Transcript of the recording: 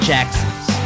Jackson's